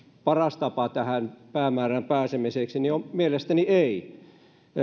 paras tapa tähän päämäärään pääsemiseksi mielestäni ei